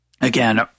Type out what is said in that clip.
again